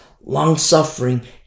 long-suffering